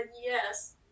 yes